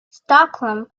stockholm